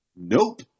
Nope